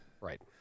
Right